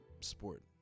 sport